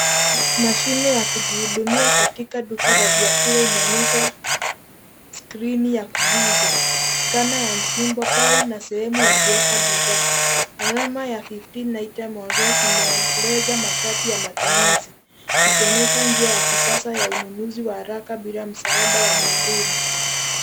Mashine ya kujihudumia katika duka la vyakula inaonyesha skrini ya kuguza. Scanner ya msimbo pau na sehemu ya kuweka bidhaa. Alama ya fifteen items or less imeeleza masharti ya matumizi, ikionyesha njia ya kisasa ya ununzi wa haraka bila msaada wa mhudumu.